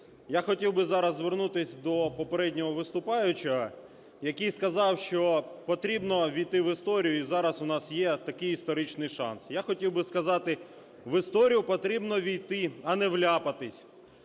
Я хотів би зараз звернутись до попереднього виступаючого, який сказав, що потрібно ввійти в історію і зараз у нас є такий історичний шанс. Я хотів би сказати. В історію потрібно ввійти, а не вляпатись.